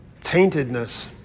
taintedness